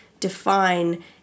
define